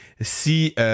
si